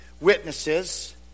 witnesses